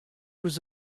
was